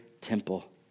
temple